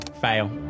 Fail